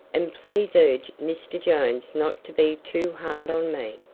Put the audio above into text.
and please urge mr. jones not to be too hard on me.